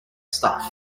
stuff